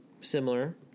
similar